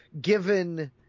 given